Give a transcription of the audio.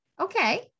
Okay